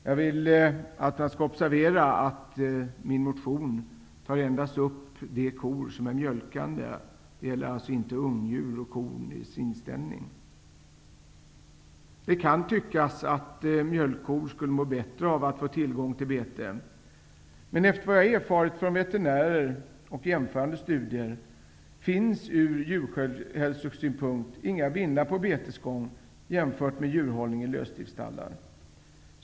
Jag vill att man skall observera att min motion endast tar upp de kor som är mjölkande. Det gäller alltså inte ungdjur och kor i sinställning. Det kan tyckas att mjölkkor skulle må bättre av att få tillgång till bete. Men efter vad jag erfarit från veterinärer och jämförande studier, finns ur djurhälsosynpunkt inget att vinna på betesgång jämfört med djurhållning i lösdriftsstallar.